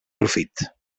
profit